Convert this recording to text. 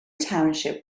township